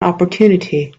opportunity